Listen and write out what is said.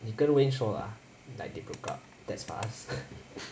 你跟 wayne 说 ah like they broke up that's fast